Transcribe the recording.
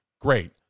great